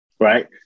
Right